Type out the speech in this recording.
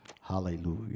hallelujah